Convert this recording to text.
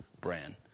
brand